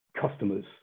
customers